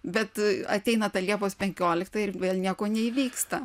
bet ateina ta liepos penkiolikta ir vėl nieko neįvyksta